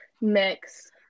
mix